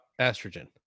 estrogen